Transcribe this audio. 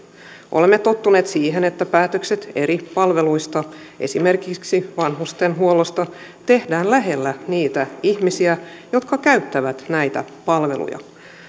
olemme tottuneet siihen että päätökset eri palveluista esimerkiksi vanhustenhuollosta tehdään lähellä niitä ihmisiä jotka käyttävät näitä palveluja